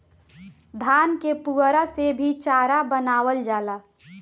धान के पुअरा से भी चारा बनावल जाला